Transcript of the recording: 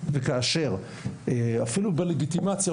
אפילו בלגיטימציה,